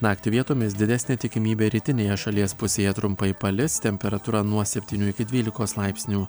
naktį vietomis didesnė tikimybė rytinėje šalies pusėje trumpai palis temperatūra nuo septynių iki dvylikos laipsnių